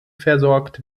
versorgt